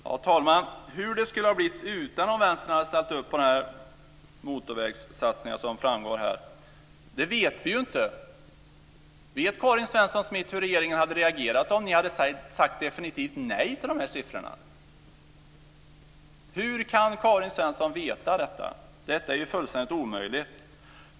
Herr talman! Hur det skulle ha blivit om Vänstern inte hade ställt upp på de motorvägssatsningar som här framgår vet vi inte. Vet Karin Svensson Smith hur regeringen hade reagerat om ni hade sagt definitivt nej till de här siffrorna? Hur kan Karin Svensson Smith veta detta? Det är fullständigt omöjligt.